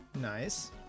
Nice